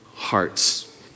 Hearts